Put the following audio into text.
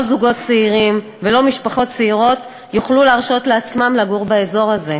לא זוגות צעירים ולא משפחות צעירות יוכלו להרשות לעצמם לגור באזור זה.